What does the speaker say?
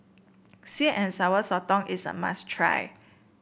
sweet and Sour Sotong is a must try